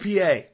PA